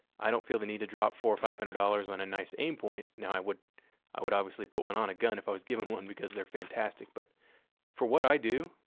i don't feel the need to drop four or five hundred dollars on a nice aim point. now i would i would obviously put one on a gun if i was given one because they are fantastic, but for what i do,